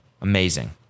Amazing